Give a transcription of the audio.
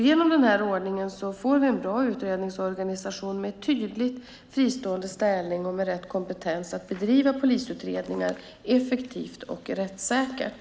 Genom den här ordningen får vi en bra utredningsorganisation med en tydligt fristående ställning och med rätt kompetens att bedriva polisutredningar effektivt och rättssäkert.